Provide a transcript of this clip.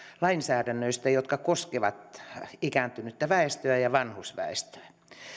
lainsäädännöstä joka koskee ikääntynyttä väestöä ja vanhusväestöä